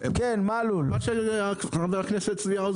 מלול, בבקשה.